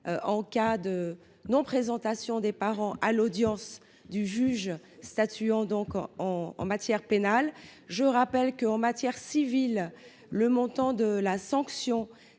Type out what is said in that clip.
en cas de non présentation des parents à l’audience du juge statuant en matière pénale. Je le rappelle, en matière civile, le montant de la sanction